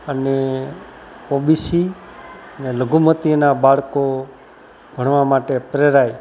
અને ઓબીસી ને લઘુમતીના બાળકો ભણવા માટે પ્રેરાય